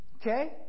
Okay